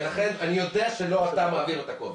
אני יודע שלא אתה מעביר את הקובץ,